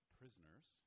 prisoners